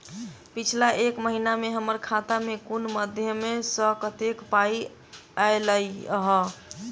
पिछला एक महीना मे हम्मर खाता मे कुन मध्यमे सऽ कत्तेक पाई ऐलई ह?